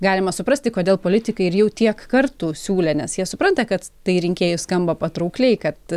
galima suprasti kodėl politikai ir jau tiek kartų siūlė nes jie supranta kad tai rinkėjui skamba patraukliai kad